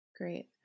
Great